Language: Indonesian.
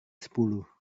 sepuluh